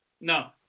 No